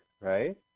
right